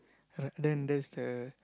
then that's the